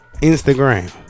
Instagram